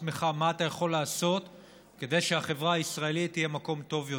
עצמך מה אתה יכול לעשות כדי שהחברה הישראלית תהיה מקום טוב יותר.